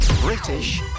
British